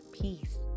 peace